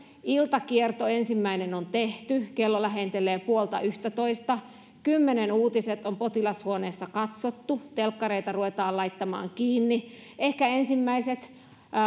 iltakierto on tehty kello lähentelee puolta yhtätoista kymmenen uutiset on potilashuoneessa katsottu telkkareita ruvetaan laittamaan kiinni ehkä